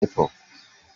apple